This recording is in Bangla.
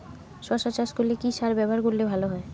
শশা চাষ করলে কি সার ব্যবহার করলে ভালো হয়?